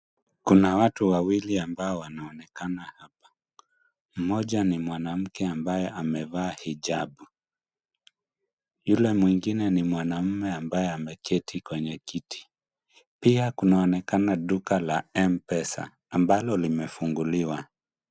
Kuna watu wawili ambao wana onekana hapa. Mmoja ni mwanamke ambaye amevaa hijabu. Yule mwingine ni mwanamume ambaye ameketi kwenye kiti. Pia kunaonekana duka la M-Pesa ambalo lime funguliwa.